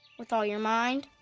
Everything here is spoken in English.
with all your mind,